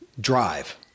Drive